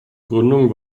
gründung